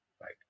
right